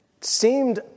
seemed